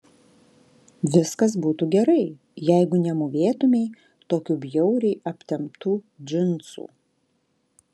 viskas būtų gerai jeigu nemūvėtumei tokių bjauriai aptemptų džinsų